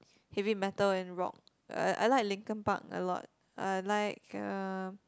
heavy metal and rock uh I like Linkin-Park a lot I like uh